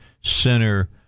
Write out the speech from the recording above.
center